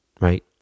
right